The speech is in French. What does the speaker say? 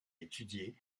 étudier